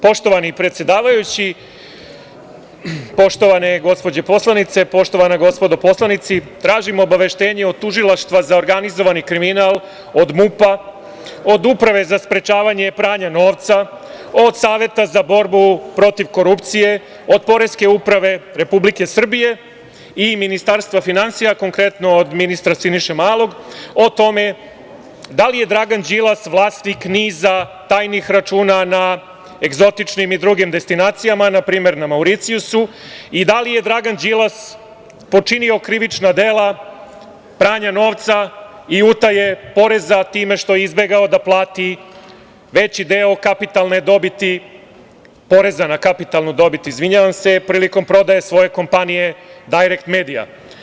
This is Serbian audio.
Poštovani predsedavajući, poštovane gospođe poslanice, poštovana gospodo poslanici, tražim obaveštenje od Tužilaštva za organizovani kriminal, od MUP-a, od Uprave za sprečavanje pranja novca, od Saveta za borbu protiv korupcije, od Poreske uprave Republike Srbije i Ministarstva finansija, konkretno od ministra Siniše Malog, o tome da li je Dragan Đilas vlasnik niza tajnih računa na egzotičnim i drugim destinacijama, npr. na Mauricijusu i da li je Dragan Đilas počinio krivična dela pranja novca i utaje poreza time što je izbegao da plati veći deo kapitalne dobiti, poreza na kapitalnu dobit, izvinjavam se, prilikom prodaje svoje kompanije „Dajrekt medija“